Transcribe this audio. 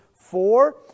four